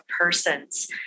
persons